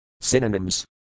Synonyms